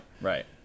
Right